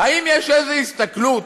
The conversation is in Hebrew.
האם יש איזו הסתכלות